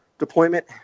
deployment